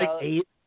eight